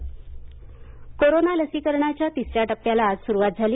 corona लसीकरण corona लसीकरणाच्या तिसऱ्या टप्प्याला आज सुरुवात झाली